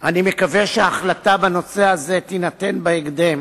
אני מקווה שהחלטה בנושא הזה תינתן בהקדם.